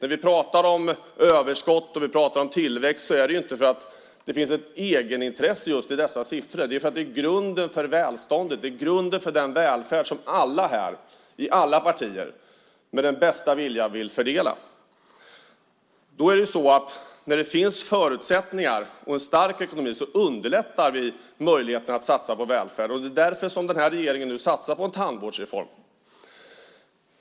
När vi pratar om överskott och om tillväxt är det inte för att det finns ett egenintresse just i dessa siffror. Det är för att de är grunden för välståndet. De är grunden för den välfärd som alla här, i alla partier, med den bästa vilja vill fördela. När det finns förutsättningar och en stark ekonomi underlättar vi möjligheten att satsa på välfärd. Det är därför den här regeringen nu satsar på en tandvårdsreform.